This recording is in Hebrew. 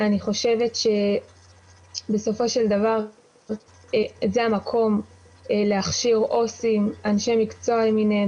אני חושבת שבסופו של דבר זה המקום להכשיר אנשי מקצוע למיניהם,